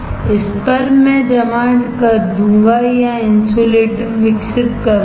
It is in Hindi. इस पर मैं जमा कर दूंगा या इंसुलेटर विकसित करूंगा